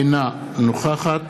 אינה נוכחת